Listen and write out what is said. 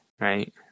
right